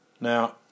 Now